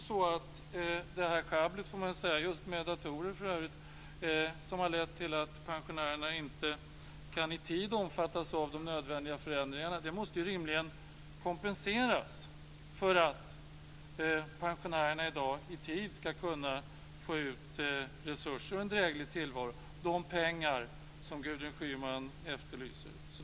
Det sjabbel, för övrigt just med datorer, som har lett till att pensionärerna inte i tid kan omfattas av de nödvändiga förändringarna måste rimligen också kompenseras för att pensionärerna i dag i tid ska kunna få ut resurser och en dräglig tillvaro - de pengar som Gudrun Schyman efterlyser.